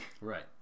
Right